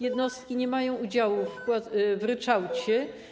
Jednostki nie mają udziału w ryczałcie.